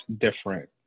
different